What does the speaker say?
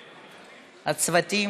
הצוותים.